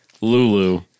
Lulu